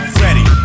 ready